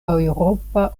eŭropa